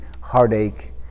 heartache